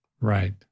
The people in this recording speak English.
Right